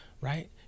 Right